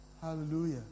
Hallelujah